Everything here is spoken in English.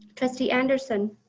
trustee anderson.